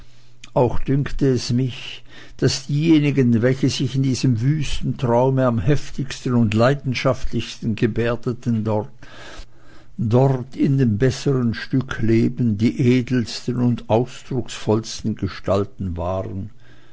auch dünkte es mich daß diejenigen welche sich in diesem wüsten traume am heftigsten und leidenschaftlichsten gebärdeten dort in dem bessern stück leben die edelsten und ausdruckvollsten gestalten waren